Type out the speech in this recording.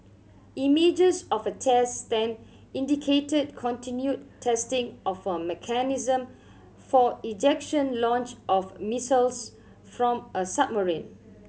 images of a test stand indicated continued testing of a mechanism for ejection launch of missiles from a submarine